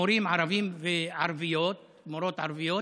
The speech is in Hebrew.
מורים ערבים וערביות, מורות ערביות,